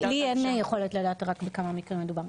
לי אין יכולת לדעת רק בכמה מקרים מדובר,